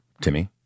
Timmy